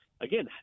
again